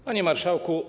Panie Marszałku!